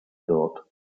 thought